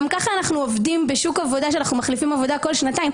גם ככה אנחנו עובדים בשוק עבודה שאנחנו מחליפים עבודה כל שנתיים,